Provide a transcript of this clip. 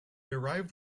arrived